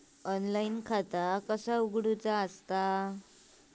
Online खाता कसा उघडायचा?